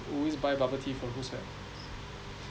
always buy bubble tea for right